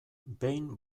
behin